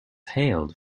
hailed